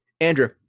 Andrew